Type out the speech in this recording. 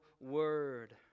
Word